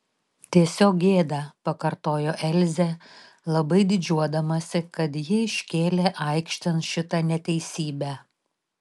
tiesiog gėda pakartojo elzė labai didžiuodamasi kad ji iškėlė aikštėn šitą neteisybę